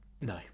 No